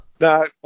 No